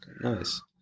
nice